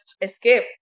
escape